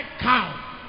cow